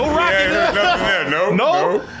No